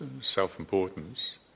self-importance